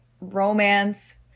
romance